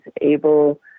able